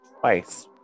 twice